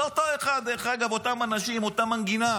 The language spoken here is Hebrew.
זה אותו אחד, דרך אגב, אותם אנשים, אותה מנגינה,